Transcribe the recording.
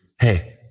Hey